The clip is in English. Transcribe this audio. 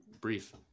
brief